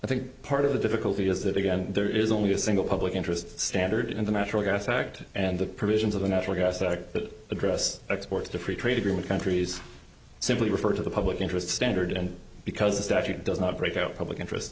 i think part of the difficulty is that again there is only a single public interest standard in the natural gas act and the provisions of the natural gas that address exports to free trade agreement countries simply refer to the public interest standard and because the statute does not break up public interest